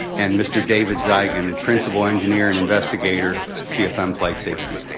and mr. david zigen, principle engineer and investigator, cfm flight safety.